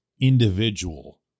individual